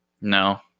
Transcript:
No